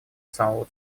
самого